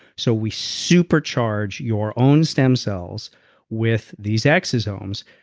so we super charge your own stem cells with these exosomes.